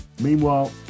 Meanwhile